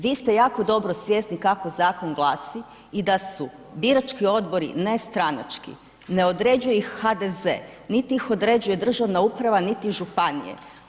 Vi ste jako dobro svjesni kako zakon glasi i da su birački odbori nestranački, ne određuje ih HDZ, niti ih određuje državna uprava, niti županije.